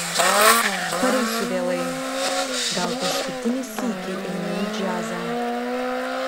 pareisiu vėlai gal paskutinį sykį einu į džiazą